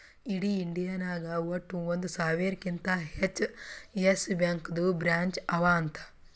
ಇಡೀ ಇಂಡಿಯಾ ನಾಗ್ ವಟ್ಟ ಒಂದ್ ಸಾವಿರಕಿಂತಾ ಹೆಚ್ಚ ಯೆಸ್ ಬ್ಯಾಂಕ್ದು ಬ್ರ್ಯಾಂಚ್ ಅವಾ ಅಂತ್